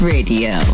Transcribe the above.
Radio